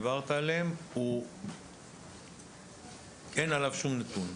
על אילו מתוך חמשת הווקטורים שדיברת עליהם אין שום נתון,